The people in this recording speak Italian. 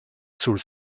sul